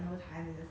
I think 我都